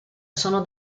sono